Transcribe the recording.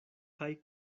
kaj